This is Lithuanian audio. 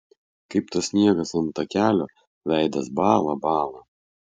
kaip tas sniegas ant takelio veidas bąla bąla